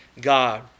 God